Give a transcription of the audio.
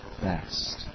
best